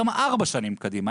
גם ארבע שנים קדימה,